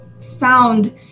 found